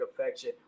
affection